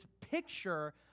picture